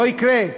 לא יקרה.